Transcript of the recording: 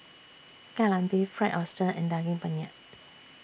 Kai Lan Beef Fried Oyster and Daging Penyet